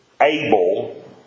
able